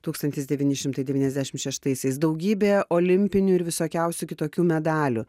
tūkstantis devyni šimtai devyniasdešimt šeštaisiais daugybė olimpinių ir visokiausių kitokių medalių